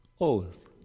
Oath